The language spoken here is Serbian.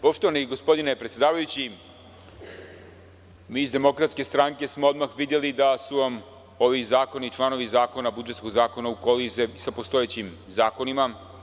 Poštovani gospodine predsedavajući, mi iz DS smo odmah videli da su vam ovi zakoni, članovi budžetskog zakona u koliziji sa postojećim zakonima.